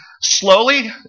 slowly